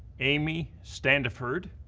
amy standiford,